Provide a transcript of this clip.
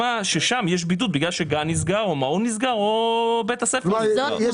ששם יש בידוד כי גן או מעון או בית הספר נסגרים.